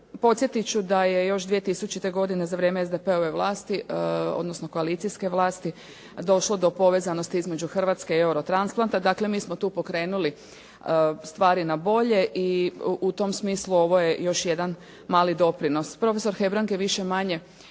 podsjetit ću da je još 2000. godine za vrijeme SDP-ove vlasti, odnosno koalicijske vlasti, došlo do povezanosti između Hrvatske i "Eurotransplanta". Dakle, mi smo tu pokrenuli stvari na bolje i u tom smislu ovo je još jedan mali doprinos. Profesor Hebrang je više-manje